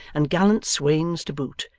and gallant swains to boot,